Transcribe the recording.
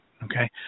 Okay